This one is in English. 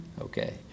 Okay